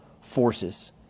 forces